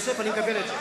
בוא ניתן לו להשיב.